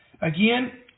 again